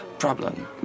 problem